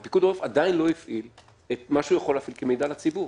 פיקוד העורף עדיין לא הפעיל את מה שהוא יכול להפעיל כמידע לציבור.